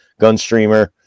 GunStreamer